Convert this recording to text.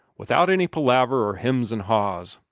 without any palaver or hems and ha's.